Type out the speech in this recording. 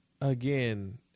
again